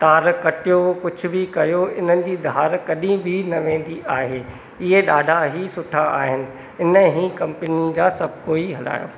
तार कटियो कुझु बि कयो इन्हनि जी धार कॾहिं बि न वेंदी आहे इहे ॾाढा ई सुठा आहिनि इन ई कंपनी जा सभु कोई हलायो